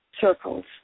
circles